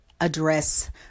address